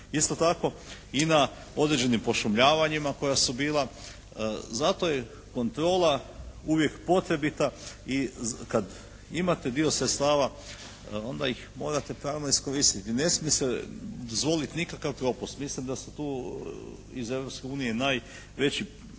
Isto tako i na određenim pošumljavanjima koja su bila. Zato je kontrola uvijek potrebita i kada imate dio sredstava onda ih morate pravilno iskoristiti. Ne smije se dozvoliti nikakav propust. Mislim da su tu iz Europske